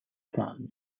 plans